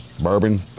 bourbon